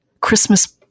Christmas